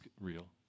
real